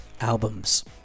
albums